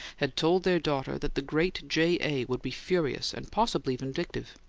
had told their daughter that the great j. a. would be furious and possibly vindictive.